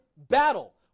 Battle